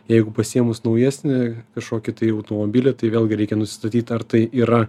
jeigu pasiėmus naujesni kažkokį tai automobilį tai vėlgi reikia nustatyt ar tai yra